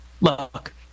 look